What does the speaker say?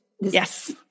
Yes